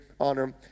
Honor